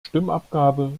stimmabgabe